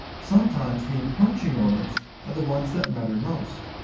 sometimes the impromptu moments are the ones that matter most.